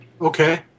Okay